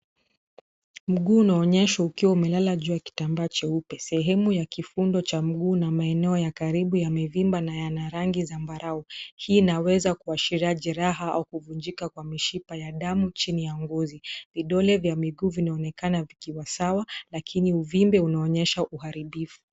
Mguu unaonyeshwa ukiwa umelala juu ya kitambaa cheupe. Sehemu ya kifundo cha mguu na maeneo ya karibu yamevimba na yana rangi zambarau. Hii inaweza kuashiria jeraha au kuvunjika kwa mishipa ya damu chini ya ngozi. Vidole vya miguu vinaonekana vikiwa sawa lakini uvimbe unaonyesha uharibifu.